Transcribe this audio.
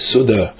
Suda